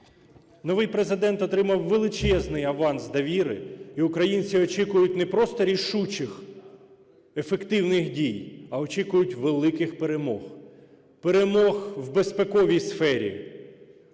Новий Президент отримав величезний аванс довіри, і українці очікують не просто рішучих, ефективних дій, а очікують великих перемог: перемог в безпековій сфері,